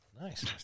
nice